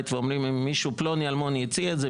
ואומרים אם מישהו פלוני אלמוני הציע את זה,